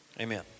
Amen